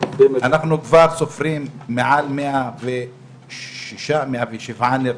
אנחנו כבר סופרים מעל 106, 107 נרצחים.